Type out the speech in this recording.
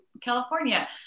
California